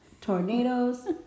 tornadoes